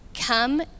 come